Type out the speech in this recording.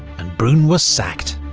and brune was sacked.